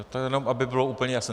To jenom aby bylo úplně jasno.